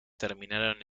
terminaron